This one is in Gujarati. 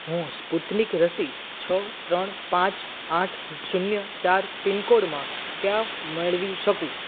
હું સ્પુતનિક રસી છ ત્રણ પાંચ આઠ શૂન્ય ચાર પિનકોડમાં ક્યાં મેળવી શકું